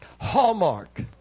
Hallmark